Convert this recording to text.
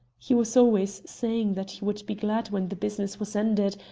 he was always saying that he would be glad when the business was ended,